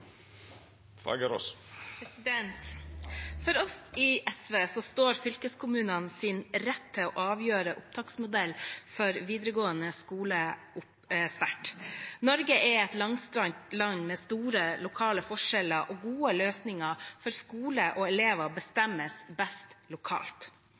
For oss i SV står fylkeskommunens rett til å avgjøre opptaksmodell for videregående skole sterkt. Norge er et langstrakt land med store lokale forskjeller, og gode løsninger for skole og elever